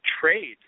trade